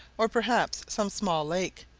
or perhaps some small lake,